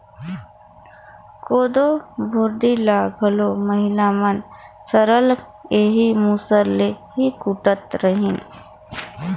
कोदो भुरडी ल घलो महिला मन सरलग एही मूसर ले ही कूटत रहिन